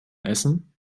essen